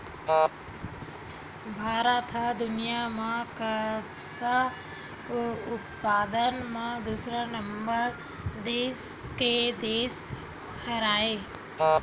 भारत ह दुनिया म कपसा उत्पादन म दूसरा नंबर के देस हरय